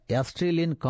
Australian